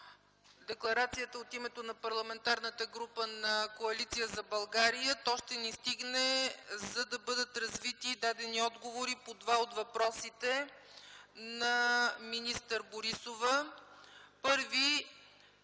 декларацията от името на Парламентарната група на Коалиция за България. То ще ни стигне, за да бъдат развити и дадени отговори по два от въпросите на министър Борисова. Първи